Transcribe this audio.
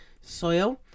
soil